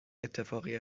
اتفاقی